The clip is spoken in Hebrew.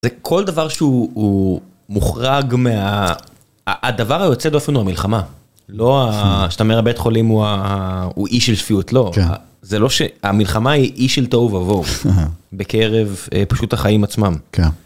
וכל דבר שהוא מוחרג מההיסטוריה, הדבר היוצא דופן הוא המלחמה. לא שאתה אומר, הבית החולים הוא אי של שפיעות, לא. זה לא שהמלחמה היא אי של תוהו ובואו. בקרב פשוט החיים עצמם. כן.